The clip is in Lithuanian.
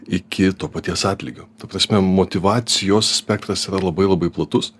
iki to paties atlygio ta prasme motyvacijos spektras yra labai labai platus